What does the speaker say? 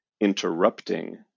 interrupting